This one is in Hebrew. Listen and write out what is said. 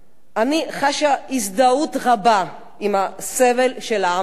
אני חשה הזדהות רבה עם הסבל של העם הארמני.